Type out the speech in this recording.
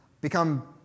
become